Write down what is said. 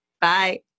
Bye